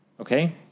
Okay